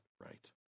right